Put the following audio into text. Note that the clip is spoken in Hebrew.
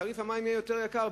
תעריף המים יהיה יותר יקר,